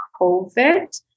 COVID